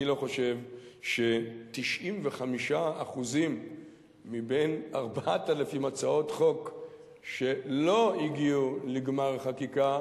אני לא חושב ש-95% מבין 4,000 הצעות חוק שלא הגיעו לגמר חקיקה,